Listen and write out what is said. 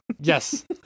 Yes